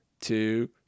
two